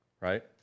right